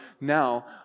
now